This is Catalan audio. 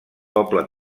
poble